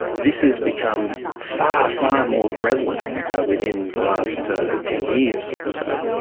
this has become far, far more prevalent within the last ten years or so.